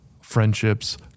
friendships